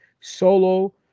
Solo